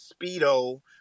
Speedo